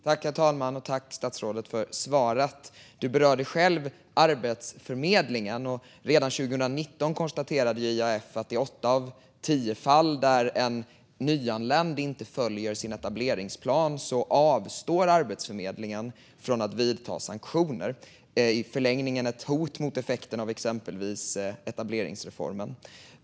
Herr talman! Tack, statsrådet, för svaret! Statsrådet berörde själv Arbetsförmedlingen. Redan 2019 konstaterade IAF att Arbetsförmedlingen i åtta av tio fall där en nyanländ inte följer sin etableringsplan avstår från att vidta sanktioner. Det är i förlängningen ett hot mot effekten av exempelvis etableringsreformen.